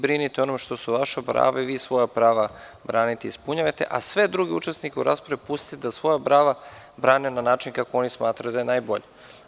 Brinite o onom što su vaša prava i svoja prava branite i ispunjavajte, a sve druge učesnike u raspravi pustite da svoja prava brane na način kako oni smatraju da je najbolje.